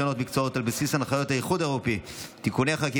להלן תוצאות ההצבעה: 37 בעד,